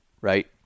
right